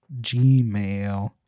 Gmail